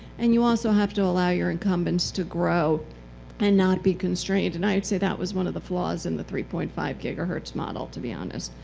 and you also have to allow your incumbents to grow and not be constrained. and i would say that was one of the flaws in the three point five gigahertz model, model, to be honest.